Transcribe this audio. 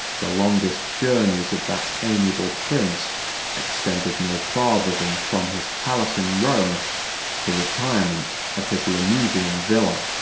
the longest journeys of that amiable prince extended no farther than from his palace in rome to the retirement of his lanuvian villa.